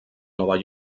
nova